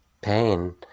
pain